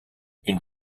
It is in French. une